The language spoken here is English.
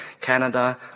Canada